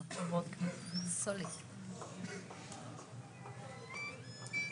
שנערכת כחלק משבוע בריאות הנפש הבין-לאומי שאנחנו מציינים אותו היום